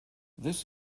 this